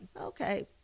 okay